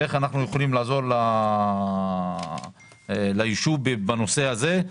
איך אנחנו יכולים לעזור ליישוב בנושא הזה.